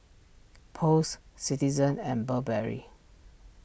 Post Citizen and Burberry